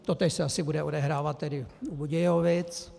Totéž se asi bude odehrávat u Budějovic.